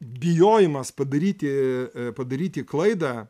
bijojimas padaryti padaryti klaidą